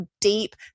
deep